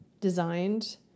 designed